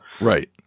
Right